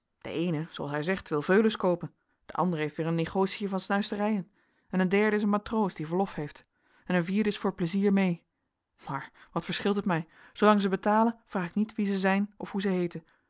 de eene zooals hij zegt wil veulens koopen de andere heeft weer een negotietje van snuisterijen en een derde is een matroos die verlof heeft en een vierde is voor plezier mee maar wat verscheelt het mij zoolang zij betalen vraag ik niet wie zij zijn of hoe zij heeten